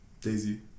Daisy